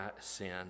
sin